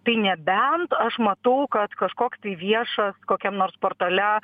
tai nebent aš matau kad kažkoks tai viešas kokiam nors portale